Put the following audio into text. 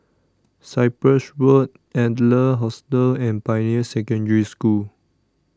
Cyprus Road Adler Hostel and Pioneer Secondary School